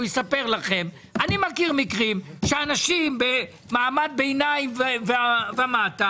הוא יספר לכם בהם אנשים ממעמד הביניים ומטה